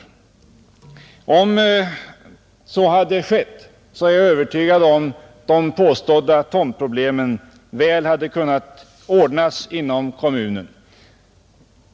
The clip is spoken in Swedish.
Om så hade skett är jag övertygad om att de påstådda tomtproblemen väl hade kunnat ordnas inom kommunen.